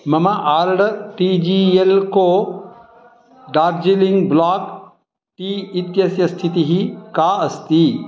मम order T G L co Darjeeling block tea इत्यस्य स्थितिः का अस्ति